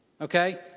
okay